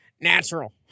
natural